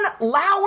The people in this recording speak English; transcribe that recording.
Lauer